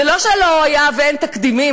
זה לא שלא היו ואין תקדימים.